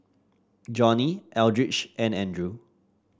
Johnnie Eldridge and Andrew